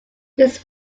these